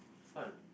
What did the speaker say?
fun